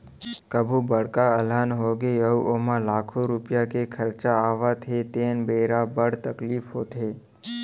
कभू बड़का अलहन होगे अउ ओमा लाखों रूपिया के खरचा आवत हे तेन बेरा बड़ तकलीफ होथे